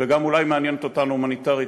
וגם אולי מעניינת אותנו הומניטרית,